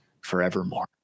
forevermore